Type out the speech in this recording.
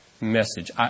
message